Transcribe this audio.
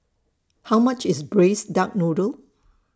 How much IS Braised Duck Noodle